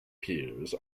peers